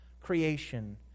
creation